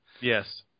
Yes